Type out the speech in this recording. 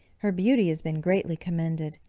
her beauty has been greatly commended,